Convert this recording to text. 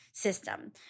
system